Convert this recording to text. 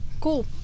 Cool